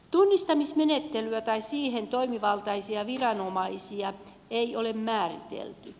tunnistamismenettelyä tai siihen toimivaltaisia viranomaisia ei ole määritelty